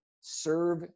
serve